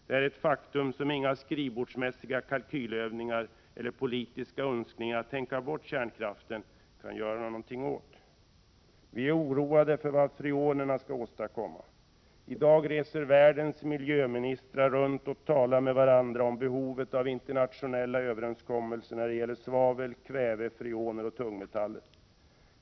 Det är ett faktum som inga skrivbordsmässiga kalkylövningar eller politiska önskningar att tänka bort kärnkraften kan göra någonting åt. Vi är oroade över vad freonerna skall åstadkomma. I dag reser världens miljöministrar runt och talar med varandra om behovet av internationella överenskommelser när det gäller svavel, kväve, freoner och tungmetaller.